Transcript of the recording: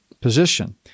position